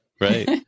right